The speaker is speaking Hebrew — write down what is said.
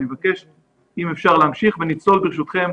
אני אמשיך ולצלול, ברשותכם,